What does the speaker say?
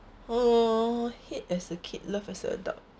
uh hate as a kid love as a adult